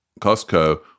costco